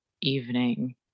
evening